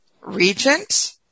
Regent